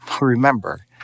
Remember